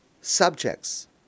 subjects